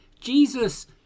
Jesus